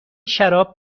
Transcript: شراب